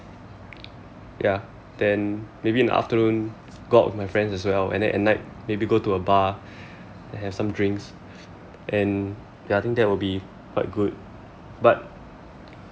ya then maybe in the afternoon go out with my friends as well and then at night maybe go to a bar have some drinks and ya think that would be quite good but